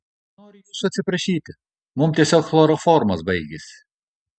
noriu jūsų atsiprašyti mums tiesiog chloroformas baigėsi